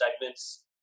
segments